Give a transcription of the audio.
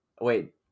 wait